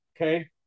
Okay